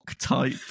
type